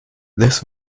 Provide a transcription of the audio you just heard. this